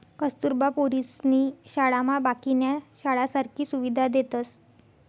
कस्तुरबा पोरीसनी शाळामा बाकीन्या शाळासारखी सुविधा देतस